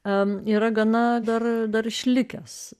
n yra gana dar dar išlikęs